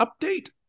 update